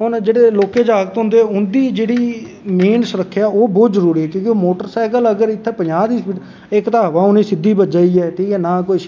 मतलव जेह्ड़े लोह्के जागत होंदे उंदी मेन सुरक्खेआ बौह्त जरूरी ऐ क्योंकि मोटर सैकल इत्थें अगर पजांह् दी स्पीड इक ते हवा उनेंगी सिद्दी बज्जी दी ऐ नां कोई हवा ना कोई